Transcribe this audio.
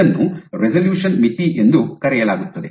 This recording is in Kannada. ಇದನ್ನು ರೆಸಲ್ಯೂಶನ್ ಮಿತಿ ಎಂದು ಕರೆಯಲಾಗುತ್ತದೆ